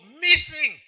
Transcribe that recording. missing